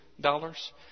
dollars